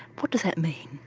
what does that mean?